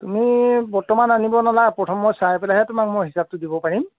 তুমি বৰ্তমান আনিব নালাগে প্ৰথম মই চাই পেলাইহে তোমাক মই হিচাপটো দিব পাৰিম